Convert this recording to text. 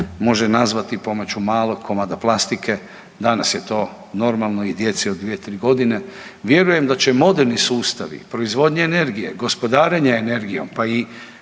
može nazvati pomoću malog komada plastike, danas je to normalno i djeci od 2, 3 godine. Vjerujem da će i moderni sustavi proizvodnje energije, gospodarenje energijom, pa i